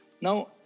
Now